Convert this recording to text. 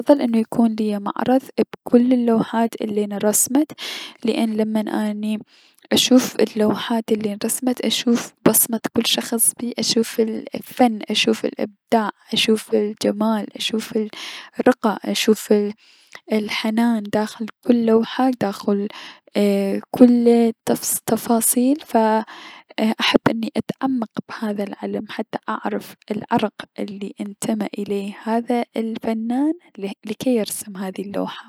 افضل انو يكون ليا مكتب بكل اللوحات الي انرسمت لأن اني اشوف اشوف اللوحات الي انرسمت اشوف بصمة كل شخص بيه اشوف الفن اشوف الأبداع اشوف الجمال اشوف الرقى اشوف ال ال رقى داخل كل لوحة داخل كل تفص تفاصيل ف احب اني اتعمق بهذا العلم حتى اعرف العرق الى انتمى اليه هذا الفنان لكي يرسم هذي اللوحة.